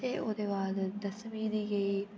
ते ओह्दे बाद दसमी दी गेई